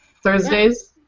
Thursdays